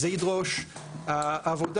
זה ידרוש עבודה,